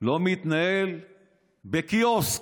לא מתנהל בקיוסק.